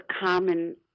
common